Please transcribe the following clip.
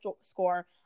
score